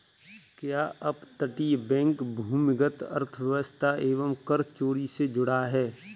क्या अपतटीय बैंक भूमिगत अर्थव्यवस्था एवं कर चोरी से जुड़ा है?